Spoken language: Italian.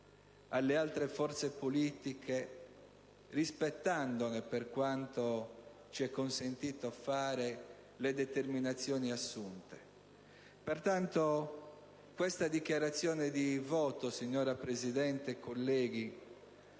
alle altre forze politiche, rispettandone, per quanto ci è consentito fare, le determinazioni assunte. Pertanto questa dichiarazione di voto, signora Presidente, colleghi,